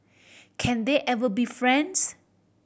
can they ever be friends